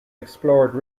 explored